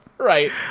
Right